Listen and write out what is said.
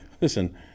listen